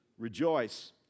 Rejoice